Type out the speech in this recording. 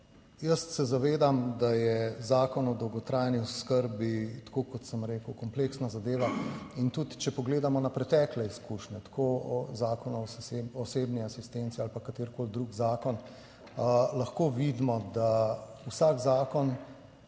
Jaz se zavedam, da je Zakon o dolgotrajni oskrbi, tako kot sem rekel, kompleksna zadeva in tudi če pogledamo na pretekle izkušnje, tako o Zakonu o osebni asistenci ali pa katerikoli drug zakon, lahko vidimo, da vsak zakon,